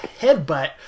headbutt